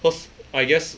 cause I guess